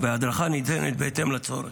והדרכה ניתנת בהתאם לצורך.